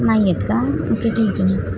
नाही आहेत का ओके ठीक आहे मग